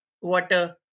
Water